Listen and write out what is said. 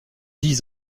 dix